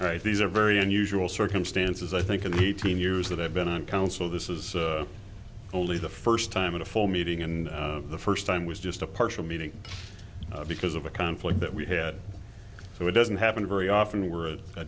right these are very unusual circumstances i think and between years that i've been on council this is only the first time in a full meeting and the first time was just a partial meeting because of a conflict that we had so it doesn't happen very often we're a